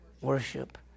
worship